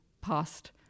past